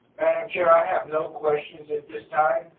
chair, i have no questions at this time.